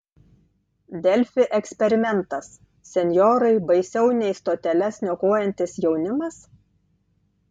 delfi eksperimentas senjorai baisiau nei stoteles niokojantis jaunimas